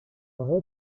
rez